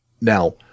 Now